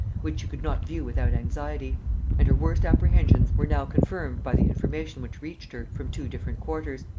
which she could not view without anxiety and her worst apprehensions were now confirmed by the information which reached her from two different quarters,